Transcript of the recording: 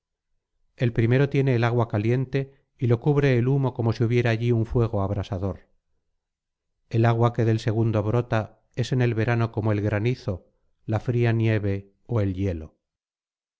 el primero tiene el agua caliente y lo cubre el humo como si hubiera allí un fuego abrasador el agua que del segundo brota es en el verano como el granizo la fría nieve ó el hielo